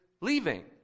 leaving